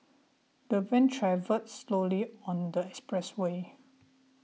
the van travelled slowly on the expressway